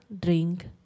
drink